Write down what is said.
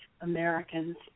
Americans